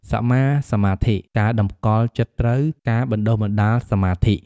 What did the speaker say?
សម្មាសមាធិ ការតម្កល់ចិត្តត្រូវ ការបណ្ដុះបណ្ដាលសមាធិ។